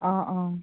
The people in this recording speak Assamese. অঁ অঁ